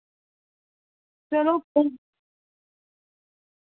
चलो कोई